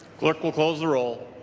clerk will close the roll.